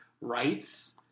rights